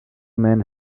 men